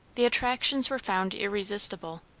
the attractions were found irresistible.